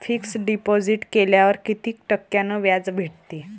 Fix deposit केल्यावर कितीक टक्क्यान व्याज भेटते?